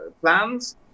plans